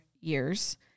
years